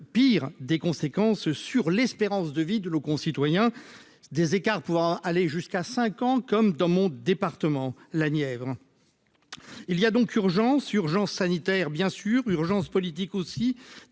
pire des conséquences sur l'espérance de vie de nos concitoyens des écarts pouvant aller jusqu'à 5 ans comme dans mon département, la Nièvre, il y a donc urgence, urgence sanitaire bien sûr urgence politique aussi